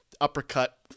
uppercut